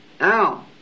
Now